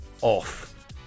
off